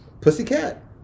pussycat